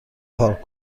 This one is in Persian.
پارک